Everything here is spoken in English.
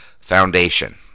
foundation